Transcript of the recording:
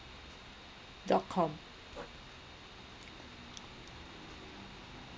dot com